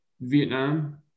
Vietnam